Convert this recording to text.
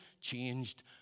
changed